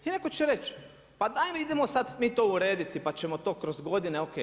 I netko će reći, pa daj mi, idemo sad mi to urediti pa ćemo to kroz godine, OK.